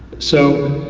so,